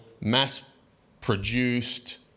mass-produced